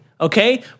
Okay